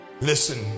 listen